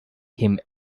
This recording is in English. him